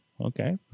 okay